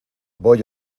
voy